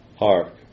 Hark